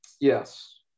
yes